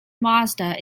mazda